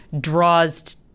draws